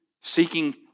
Seeking